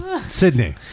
Sydney